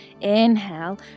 Inhale